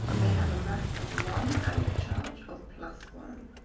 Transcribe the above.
they have a mass of one and a charge of plus one.